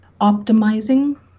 optimizing